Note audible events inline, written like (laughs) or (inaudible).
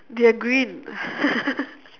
they are green (laughs)